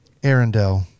arendelle